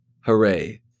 hooray